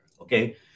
okay